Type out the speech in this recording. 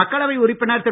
மக்களவை உறுப்பினர் திரு